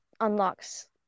unlocks